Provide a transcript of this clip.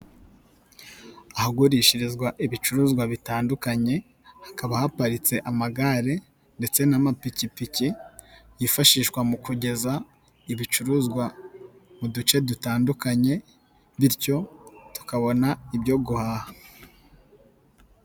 Ahagurishirizwa ibicuruzwa bitandukanye hakaba haparitse amagare ndetse n'amapikipiki yifashishwa mu kugeza ibicuruzwa mu duce dutandukanye bityo tukabona ibyo guhaha.